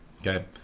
Okay